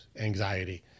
anxiety